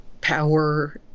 power